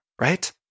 right